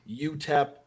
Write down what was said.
utep